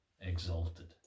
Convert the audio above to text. exalted